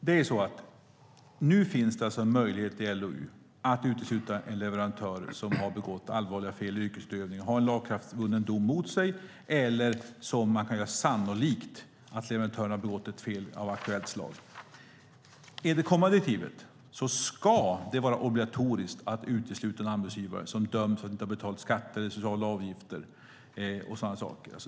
Herr talman! Nu finns det en möjlighet i LOU att utesluta en leverantör som har begått allvarliga fel i yrkesutövningen eller har en lagakraftvunnen dom mot sig eller där man kan göra sannolikt att leverantören har begått ett fel av aktuellt slag. Enligt det kommande direktivet ska det vara obligatoriskt att utesluta en anbudsgivare som är dömd för att inte ha betalat skatter, sociala avgifter eller sådant.